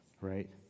right